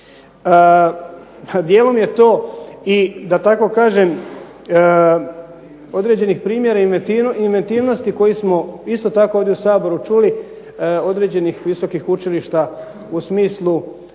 dijelom je to i da tako kažem određenih primjera inventivnosti koje smo isto tako ovdje u Saboru čuli, određenih visokih učilišta u smislu